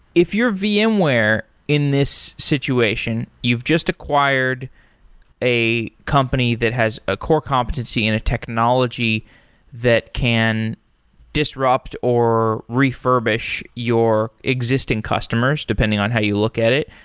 if you're vmware in this situation, you've just acquired a company that has a core competency in a technology that can disrupt or refurbish your existing customers depending on how you look at it,